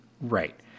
Right